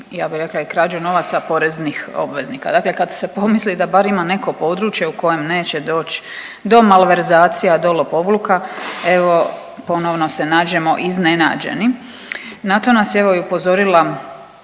ja bi rekla i krađu novaca poreznih obveznika. Dakle kad su pomislili da bar ima neko područje u kojem neće doć do malverzacija, do lopovluka, evo ponovno se nađemo iznenađeni. Na to nas je evo i upozorila